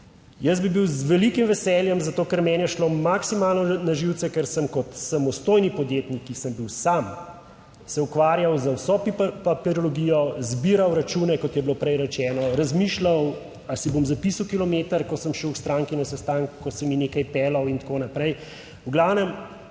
Jaz bi bil z velikim veseljem, zato ker meni je šlo maksimalno na živce, ker sem kot samostojni podjetnik, ki sem bil sam, se ukvarjal z vso papirologijo, zbiral račune, kot je bilo prej rečeno, razmišljal, ali si bom zapisal kilometer, ko sem šel k stranki na sestanek, ko sem ji nekaj peljal, in tako naprej.